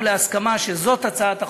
שזאת הצעת החוק.